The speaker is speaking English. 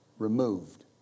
removed